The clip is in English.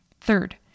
Third